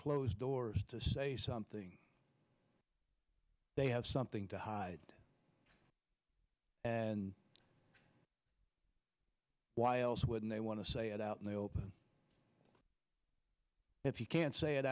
closed doors to say something they have something to hide and why else would they want to say it out in the open if you can't say it